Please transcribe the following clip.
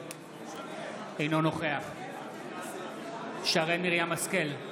אינו נוכח שרן מרים השכל,